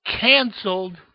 canceled